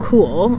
Cool